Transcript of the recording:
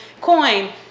coin